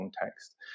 context